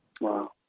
Wow